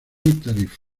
tarifas